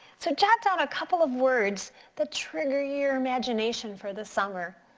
so jot down a couple of words that trigger your imagination for the summer.